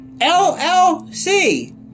LLC